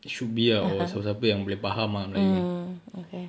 it should be ah or siapa-siapa yang boleh faham ah melayu